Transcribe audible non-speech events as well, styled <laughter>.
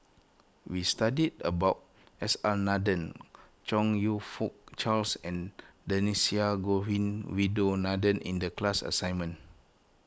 we studied about S R Nathan Chong You Fook Charles and Dhershini Govin <unintelligible> in the class assignment